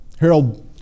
Harold